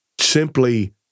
simply